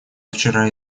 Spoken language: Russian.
вчера